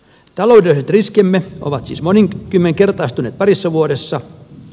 taloudelliset riskimme ovat siis monikymmenkertaistuneet parissa vuodessa